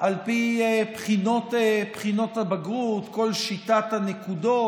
על פי בחינות הבגרות, כל שיטת הנקודות.